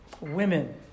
Women